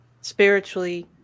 spiritually